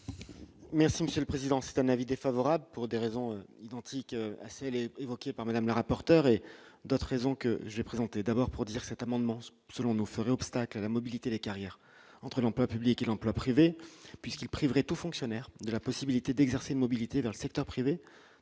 Merci Monsieur le Président, c'est un avis défavorable, pour des raisons identiques Assélé évoqués par Madame le rapporteur et d'autres raisons que j'ai présenté d'abord pour dire cet amendement selon nos ferait obstacle à la mobilité des carrières entre l'emploi public et l'emploi privé puisqu'il priverait tout fonctionnaire de la possibilité d'exercer une mobilité vers le secteur privé